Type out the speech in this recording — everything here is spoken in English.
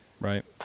right